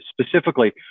specifically